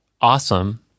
Awesome